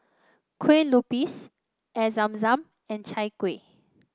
Kueh Lopes Air Zam Zam and Chai Kueh